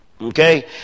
Okay